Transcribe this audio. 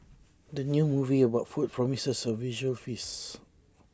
the new movie about food promises A visual feasts